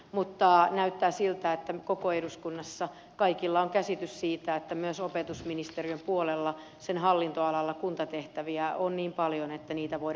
mutta näyttää siltä että koko eduskunnassa kaikilla on käsitys siitä että myös opetusministeriön puolella sen hallintoalalla kuntatehtäviä on niin paljon että niitä voidaan karsia